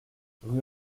rue